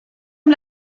amb